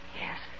Yes